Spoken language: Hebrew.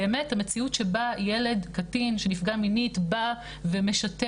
באמת המציאות שבה ילד קטין שנפגע מינית בא ומשתף.